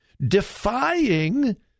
defying